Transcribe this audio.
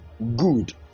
good